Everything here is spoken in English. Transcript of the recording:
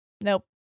nope